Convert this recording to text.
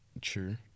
True